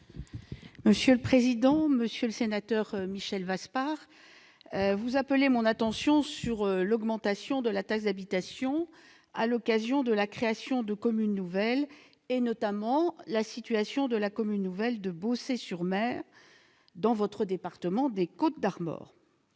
de l'intérieur. Monsieur le sénateur Michel Vaspart, vous appelez mon attention sur l'augmentation de la taxe d'habitation à l'occasion de la création de communes nouvelles et notamment sur la situation de la commune nouvelle de Beaussais-sur-Mer dans votre département, les Côtes-d'Armor.